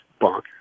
bonkers